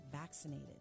vaccinated